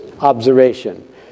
observation